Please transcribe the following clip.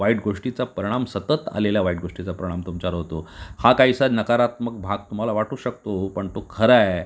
वाईट गोष्टीचा परिणाम सतत आलेल्या वाईट गोष्टीचा परिणाम तुमच्यावर होतो हा काहीसा नकारात्मक भाग तुम्हाला वाटू शकतो पण तो खरा आहे